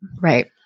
Right